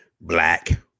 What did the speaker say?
black